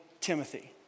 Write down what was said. Timothy